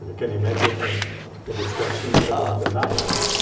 can imagine a discussion about a knife.